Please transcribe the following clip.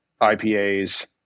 IPAs